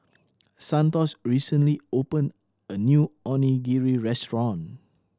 Santos recently opened a new Onigiri Restaurant